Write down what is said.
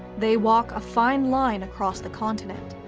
they walk a fine line across the continent,